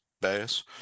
bass